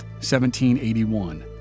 1781